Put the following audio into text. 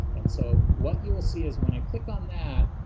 and so what you'll see is when i click on that,